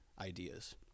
ideas